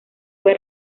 fue